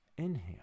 Inhale